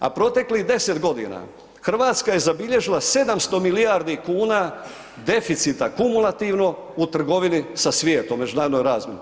A proteklih 10 g. Hrvatska je zabilježila 700 milijardi kuna deficita kumulativno u trgovini sa svijetom u međunarodnoj razmjeni.